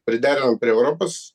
priderinom prie europos